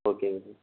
ஓகேங்க சார்